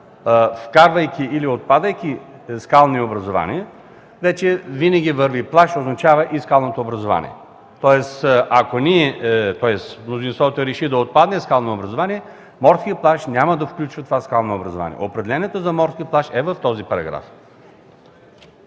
вкарвайки или отпадайки „скални образувания”, винаги при „плаж” това ще означава и скално образувание. Ако мнозинството реши да отпадне „скално образувание”, морският плаж няма да включва това скално образувание. Определението за „морски плаж” е в този параграф.